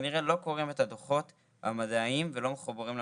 כנראה לא קוראים את הדוחות המדעיים ולא מחוברים למציאות.